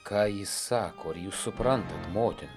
ką jis sako ar jūs suprantat motin